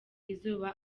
izuba